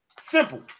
simple